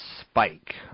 spike